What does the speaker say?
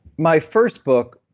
my first book.